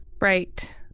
Right